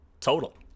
total